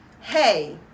hey